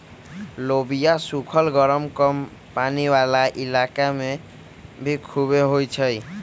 लोबिया सुखल गरम कम पानी वाला इलाका में भी खुबे होई छई